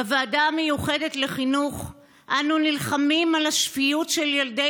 בוועדה המיוחדת לחינוך אנו נלחמים על השפיות של ילדי